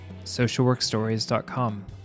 socialworkstories.com